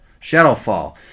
Shadowfall